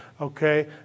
okay